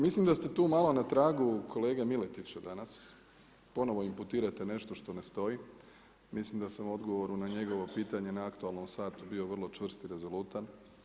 Mislim da ste tu malo na tragu kolege Miletića danas, ponovo imputirate nešto što ne stoji, mislim da sam u odgovoru na njegovo pitanje na aktualnom satu bio vrlo čvrst i rezolutan.